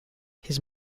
his